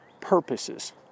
purposes